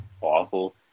awful